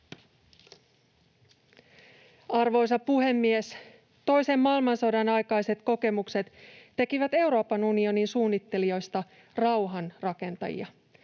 Arvoisa puhemies! Toisen maailmansodan aikaiset kokemukset tekivät Euroopan unionin suunnittelijoista rauhan rakentajia.